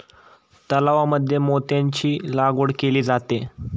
तलावांमध्ये मोत्यांची लागवड केली जाते